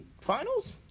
finals